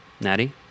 Natty